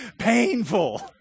Painful